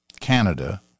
Canada